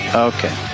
Okay